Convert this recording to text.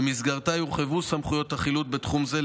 ובמסגרתה יורחבו סמכויות החילוט בתחום זה,